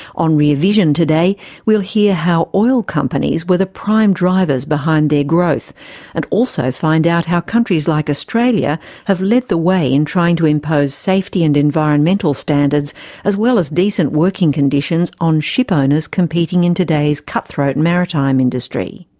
on rear vision today we'll hear how oil companies were the prime drivers behind their growth and also find out how countries like australia have led the way in trying to impose safety and environmental standards as well as decent working conditions on shipowners competing in today's cut-throat and maritime industry.